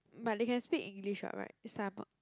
but they can speak English [what] [right] somewhat